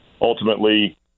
ultimately